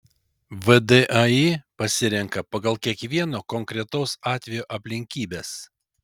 vdai pasirenka pagal kiekvieno konkretaus atvejo aplinkybes